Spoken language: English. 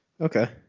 Okay